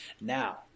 Now